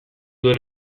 duen